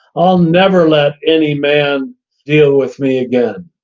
i'll never let any man deal with me again.